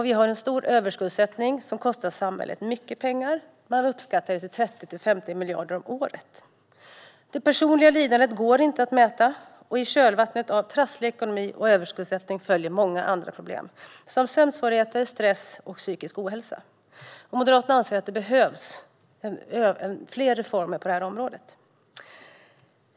Vi har en stor överskuldsättning som kostar samhället mycket pengar. Man uppskattar det till 30-50 miljarder om året. Det personliga lidandet går inte att mäta, och i kölvattnet av trasslig ekonomi och överskuldsättning följer många andra problem, som sömnsvårigheter, stress och psykisk ohälsa. Moderaterna anser att det behövs fler reformer på det här området.